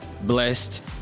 blessed